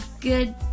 good